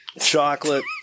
chocolate